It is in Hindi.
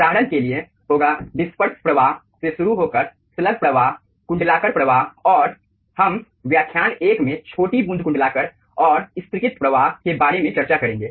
उदाहरण के लिए होगा डिस्पर्स प्रवाह से शुरू होकर स्लग प्रवाह कुंडलाकार प्रवाह और हम व्याख्यान 1 में छोटी बूंद कुंडलाकार और स्तरीकृत प्रवाह के बारे में चर्चा करेंगे